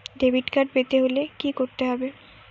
Debit card পেতে হলে কি করতে হবে?